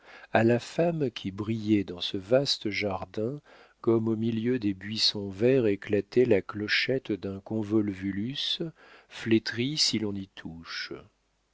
à la femme qui brillait dans ce vaste jardin comme au milieu des buissons verts éclatait la clochette d'un convolvulus flétrie si l'on y touche